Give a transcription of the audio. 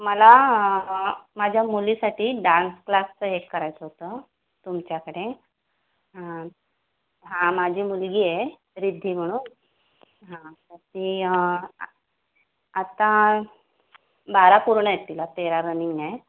मला माझ्या मुलीसाठी डान्स क्लासचं हे करायचं होतं तुमच्याकडे हां माझी मुलगी आहे रिद्धी म्हणून हां ती आत्ता बारा पूर्ण आहेत तिला तेरा रनिंग आहे